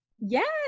Yes